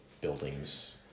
buildings